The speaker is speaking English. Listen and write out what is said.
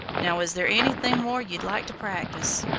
now, is there anything more ye'd like to practice?